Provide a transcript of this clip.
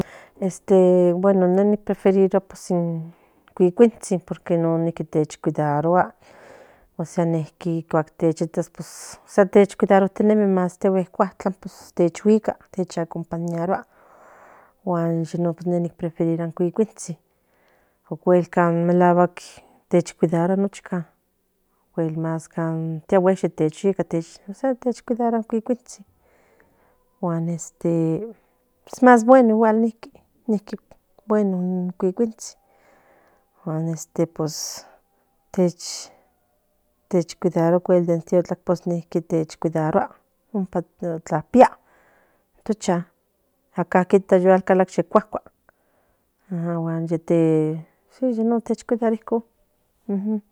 Este bueno ne prefirilia in ciuciunon nech cuidaría más tiague in cuatlan guan yenon prefirirua in cuicuintsin más tiague tichguica guan este pues más bueno niiki bueno pues techo cuidaría in tiotlatl ompa tlacpia acá quita yo kaltl ye cuacua